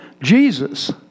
Jesus